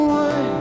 one